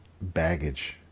baggage